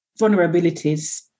vulnerabilities